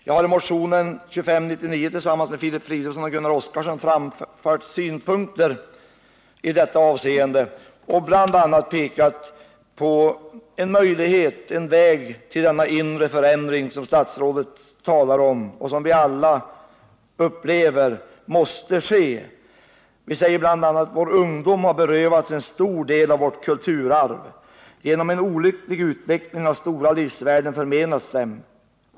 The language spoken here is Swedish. Vi har i motionen framfört synpunkter i detta avseende och bl.a. pekat på en möjlighet att åstadkomma den inre förändring som statsrådet talar om och som vi alla inser måste komma: ”Vår ungdom har berövats en stor del av vårt kulturarv. Genom en olycklig utveckling har stora livsvärden förmenats den.